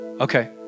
Okay